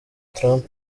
trump